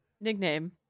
nickname